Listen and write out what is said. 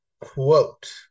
quote